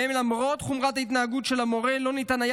שבהם למרות חומרת ההתנהגות של המורה לא ניתן היה